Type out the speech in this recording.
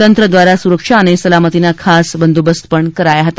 તંત્ર દ્વારા સુરક્ષા અને સલામતીના ખાસ બંદોબસ્ત કરાવ્યા હતા